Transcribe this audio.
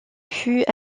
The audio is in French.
fut